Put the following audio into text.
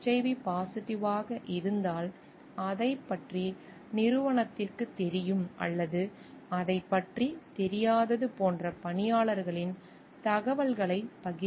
we பாசிட்டிவாக இருந்தால் அதைப் பற்றி நிறுவனத்திற்குத் தெரியும் அல்லது அதைப் பற்றி தெரியாதது போன்ற பணியாளர்களின் தகவல்களைப் பகிர்வது